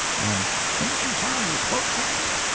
and ain't you sorry you spoke, sandy?